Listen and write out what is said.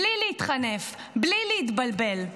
בלי להתחנף, בלי להתבלבל,